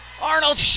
Arnold